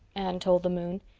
anne told the moon,